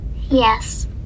Yes